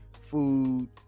food